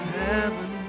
heaven